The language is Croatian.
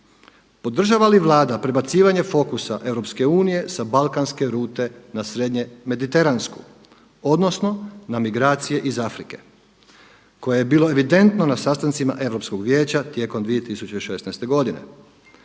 Podržava li Vlada prebacivanje fokusa EU sa balkanske rute na srednje mediteransku odnosno na migracije iz Afrike koje bilo evidentno na sastancima Europskog vijeća tijekom 2016. godine.